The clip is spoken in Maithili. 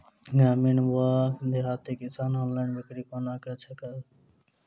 ग्रामीण वा देहाती किसान ऑनलाइन बिक्री कोना कऽ सकै छैथि?